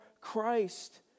Christ